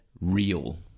Real